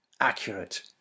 accurate